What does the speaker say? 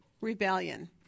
Rebellion